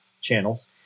channels